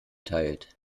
teilt